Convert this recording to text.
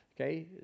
okay